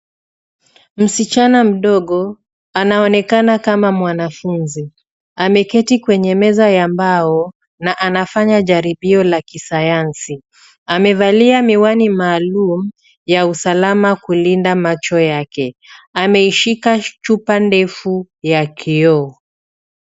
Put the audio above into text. Msichana mdogo anaonekana kama mwanafunzi. Ameketi kwenye meza la mbao na anafanya jaribio la kisayansi. Amevalia miwani maalum ya usalama ya kulinda macho yake. Ameishika chupa ndefu ya kioo.